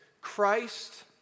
Christ